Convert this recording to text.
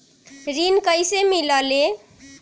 ऋण कईसे मिलल ले?